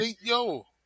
yo